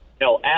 No